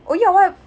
oh ya what